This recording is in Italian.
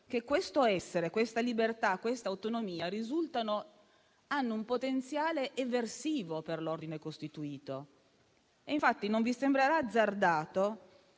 che questo essere, questa libertà, questa autonomia hanno un potenziale eversivo per l'ordine costituito. Non vi sembrerà azzardato